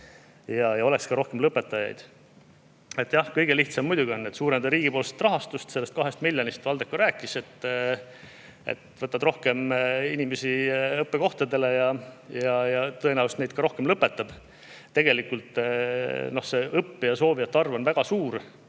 ja oleks ka rohkem lõpetajaid. Kõige lihtsam on muidugi suurendada riigipoolset rahastust. Sellest kahest miljonist Valdeko rääkis. Kui võtta rohkem inimesi õppekohtadele, siis tõenäoliselt neid ka rohkem lõpetab. Tegelikult see õppida soovijate arv on väga suur.